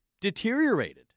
deteriorated